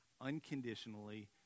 unconditionally